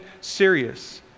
serious